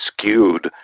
skewed